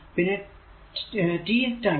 പിന്നെ t time